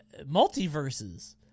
Multiverses